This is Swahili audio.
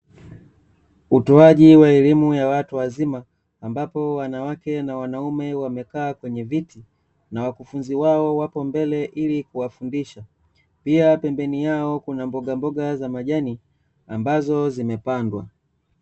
Utoaji wa elimu ya watu wazima, ambapo wanawake na wanaume wamekaa kwenye viti na wakufunzi wao wapo mbele, ili kuwafundisha. Pia pembeni yao kuna mbogamboga za majani ambazo zimepandwa.